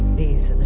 these